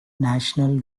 national